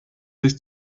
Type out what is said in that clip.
sich